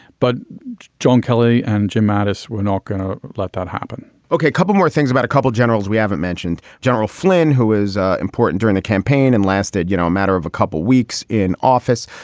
but john kelly and jim mattis were not going to let that happen okay. couple more things about a couple of generals we haven't mentioned, general flynn, who is important touring the campaign and lasted, you know, a matter of a couple of weeks in office.